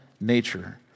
nature